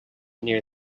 near